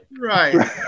Right